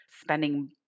spending